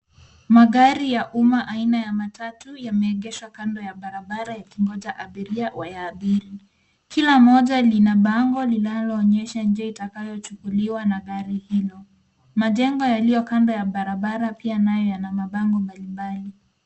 Magari ya uma aina ya matatu yameegeshwa kando ya barabara yakingoja abiria wayaabiri. Kila moja lina bango linaloonyesha njia itakayochukuliwa na gari hilo. Majengo yaliyo kando ya barabara pia nayo yana mabango mbali mbali.